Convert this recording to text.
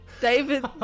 David